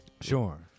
sure